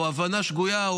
או הבנה שגויה,